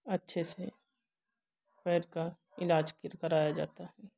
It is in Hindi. अच्छे से पैर का इलाज किर कराया जाता है